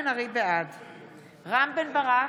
סגנית מזכירת הכנסת, בבקשה.